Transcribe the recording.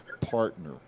partner